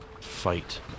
fight